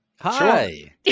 Hi